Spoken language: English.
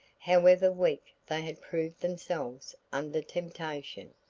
however weak they had proved themselves under temptation.